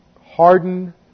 harden